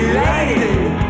lady